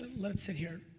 let's sit here.